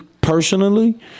personally